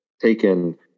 taken